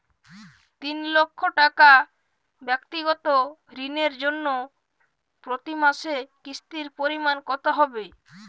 তিন লক্ষ টাকা ব্যাক্তিগত ঋণের জন্য প্রতি মাসে কিস্তির পরিমাণ কত হবে?